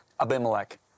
Abimelech